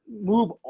move